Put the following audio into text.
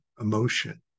emotion